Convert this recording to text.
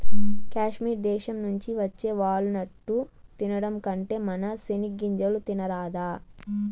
కాశ్మీర్ దేశం నుంచి వచ్చే వాల్ నట్టు తినడం కంటే మన సెనిగ్గింజలు తినరాదా